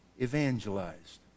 evangelized